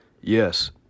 Yes